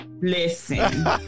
Listen